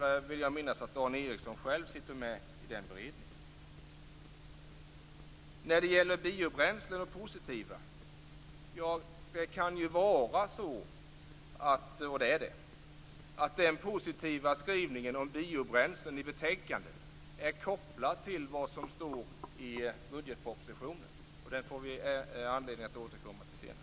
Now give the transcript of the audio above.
Jag vill minnas att Dan Ericsson själv sitter med i den beredningen. Den positiva skrivningen om biobränslen i betänkandet är kopplad till vad som står i budgetpropositionen, och den får vi anledning att återkomma till senare.